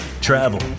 travel